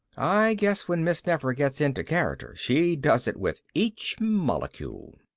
i guess when miss nefer gets into character she does it with each molecule.